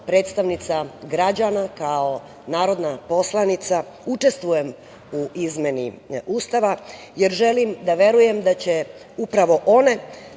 predstavnica građana, kao narodna poslanica, učestvujem u izmeni Ustava, jer želim da verujem da će upravo one,